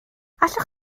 allwch